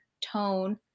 tone